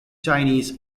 chinese